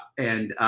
and